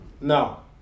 No